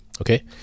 Okay